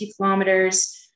kilometers